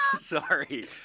Sorry